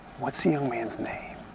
what's the young man's name?